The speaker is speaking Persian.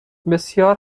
بسیار